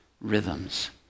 rhythms